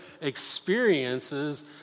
experiences